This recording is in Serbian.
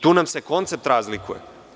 Tu nam se koncept razlikuje.